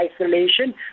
isolation